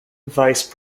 vice